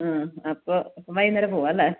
അപ്പോൾ വൈകുന്നേരം പോവാം അല്ലേ